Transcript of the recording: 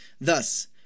Thus